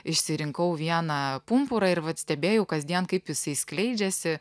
išsirinkau vieną pumpurą ir vat stebėjau kasdien kaip jisai skleidžiasi